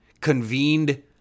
convened